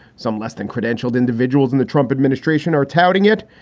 some less than credentialed individuals in the trump administration are touting it.